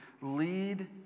lead